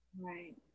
right